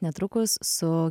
netrukus su